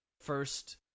first